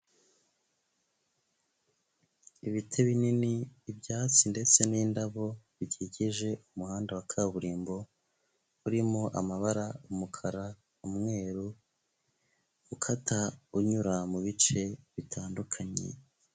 Ibiti binini, ibyatsi ndetse n'indabo bikikije umuhanda wa kaburimbo, urimo amabara: umukara, umweru, ukata unyura mu bice bitandukanye.